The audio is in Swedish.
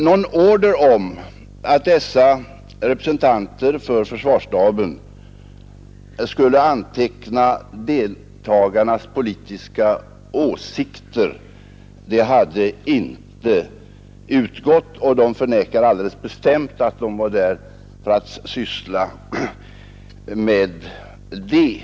Någon order om att dessa representanter för försvarsstaben inom försvaret, m.m. skulle anteckna deltagarnas politiska åsikter hade inte utgått, och de förnekar alldeles bestämt att de var där för att syssla med detta.